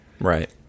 Right